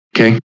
Okay